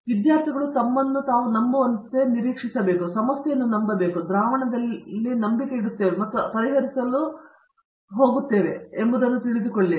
ಹಾಗಾಗಿ ವಿದ್ಯಾರ್ಥಿಗಳು ತಮ್ಮನ್ನು ತಾವು ನಂಬುವಂತೆ ನಿರೀಕ್ಷಿಸುತ್ತಿರುತ್ತಾರೆ ಸಮಸ್ಯೆಯನ್ನು ನಂಬುತ್ತಾರೆ ಮತ್ತು ದ್ರಾವಣದಲ್ಲಿ ನಂಬಿಕೆ ಇಡುತ್ತೇವೆ ಮತ್ತು ನಾವು ಪರಿಹರಿಸಲು ಹೋಗುತ್ತೇವೆ ಎಂಬುದನ್ನು ತಿಳಿದುಕೊಳ್ಳಿ